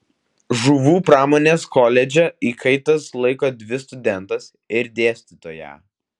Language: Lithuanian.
žuvų pramonės koledže įkaitais laiko dvi studentes ir dėstytoją